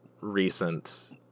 recent